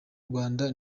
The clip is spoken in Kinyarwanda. rwanda